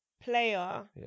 player